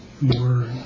more